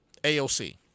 AOC